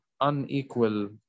unequal